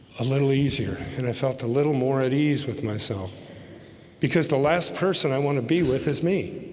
a little easier and i felt a little more at ease with myself because the last person i want to be with is me